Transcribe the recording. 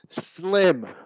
Slim